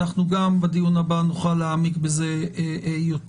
אנחנו גם בדיון הבא נוכל להעמיק בזה יותר.